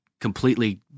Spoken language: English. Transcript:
completely